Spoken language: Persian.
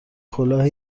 کلاه